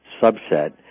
subset